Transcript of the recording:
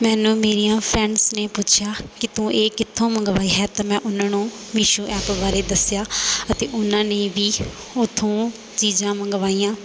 ਮੈਨੂੰ ਮੇਰੀਆਂ ਫਰੈਂਡਸ ਨੇ ਪੁੱਛਿਆ ਕਿ ਤੂੰ ਇਹ ਕਿੱਥੋਂ ਮੰਗਵਾਈ ਹੈ ਤਾਂ ਮੈਂ ਉਹਨਾਂ ਨੂੰ ਮੀਸ਼ੋ ਐਪ ਬਾਰੇ ਦੱਸਿਆ ਅਤੇ ਉਹਨਾਂ ਨੇ ਵੀ ਉੱਥੋਂ ਚੀਜ਼ਾਂ ਮੰਗਵਾਈਆਂ